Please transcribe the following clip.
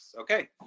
okay